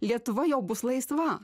lietuva jau bus laisva